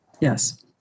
yes